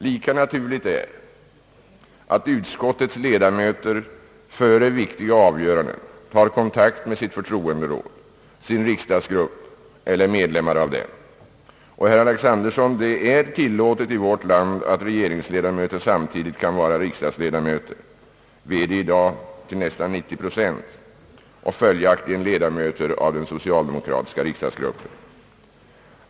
Lika naturligt är att utskottets ledamöter före viktiga avgöranden tar kontakt med sitt förtroenderåd, sin riksdagsgrupp eller medlemmar av den. Och, herr Alexanderson, det är tillåtet i vårt land att regeringsledamöter samtidigt kan vara riksdagsledamöter och följaktligen ledamöter av den socaldemokratiska riksdagsgruppen.